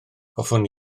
hoffwn